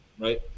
right